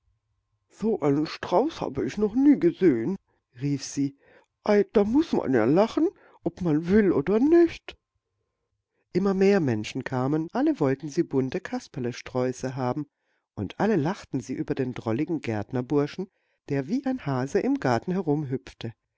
so einen strauß hab ich noch nie gesehen rief sie ei da muß man ja lachen ob man will oder nicht immer mehr menschen kamen alle wollten sie bunte kasperlesträuße haben und alle lachten sie über den drolligen gärtnerburschen der wie ein hase im garten